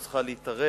לא צריכה להתערב.